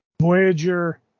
Voyager